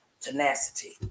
tenacity